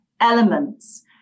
elements